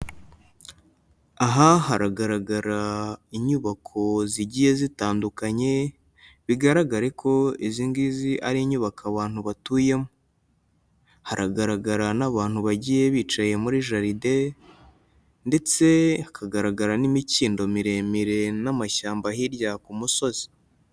Aha haragaragara inyubako zigiye zitandukanye, bigaragare ko izi ngizi ari inyubako abantu batuyemo. Haragaragara n'abantu bagiye bicaye muri jaride, ndetse hakagaragara n'imikindo miremire n'amashyamba hirya ku musozi.